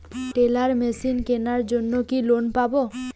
Teller machine কেনার জন্য কি লোন পাব?